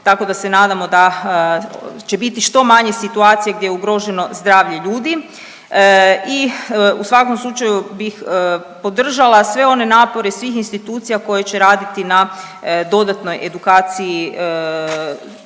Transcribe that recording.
tako da se nadamo da će biti što manje situacija gdje je ugroženo zdravlje ljudi i u svakom slučaju bih podržala sve one napore svih institucija koje će raditi na dodatnoj edukaciji